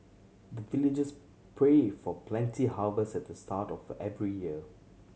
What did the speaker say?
the villagers pray for plenty harvest at the start of every year